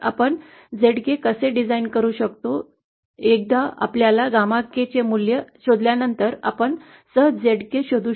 आपण Zk कसे design करू शकतो एकदा आपल्याला γ k मूल्य शोधल्यानंतर आपण सहज Zk शोधू शकता